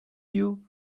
you